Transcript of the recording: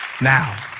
Now